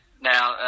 Now